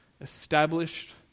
established